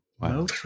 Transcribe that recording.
Wow